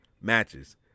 matches